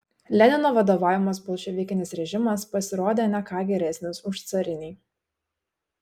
lenino vadovaujamas bolševikinis režimas pasirodė ne ką geresnis už carinį